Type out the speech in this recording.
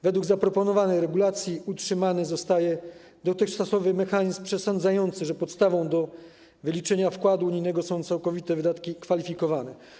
Według zaproponowanej regulacji utrzymany zostaje dotychczasowy mechanizm przesądzający, że podstawą do wyliczenia wkładu unijnego są całkowite wydatki kwalifikowane.